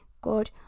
good